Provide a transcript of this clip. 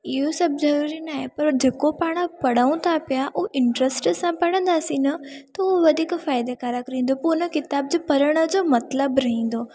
इहो सभु ज़रूरी न आहे पर जेको पाण पढूं था पिया उहे इंट्र्स्ट सां पढ़ंदासीं न त उहा वधीक फ़ाइदेकाराक रहंदो उन किताबु पढ़ण जो मतिलबु रहंदो